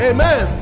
Amen